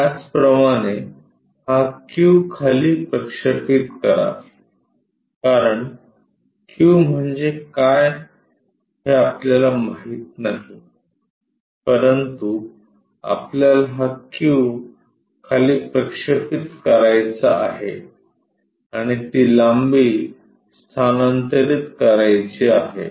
त्याचप्रमाणे हा q खाली प्रक्षेपित करा कारण q म्हणजे काय हे आपल्याला माहित नाही परंतु आपल्याला हा q खाली प्रक्षेपित करायचा आहे आणि ती लांबी स्थानांतरित करायची आहे